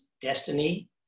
destiny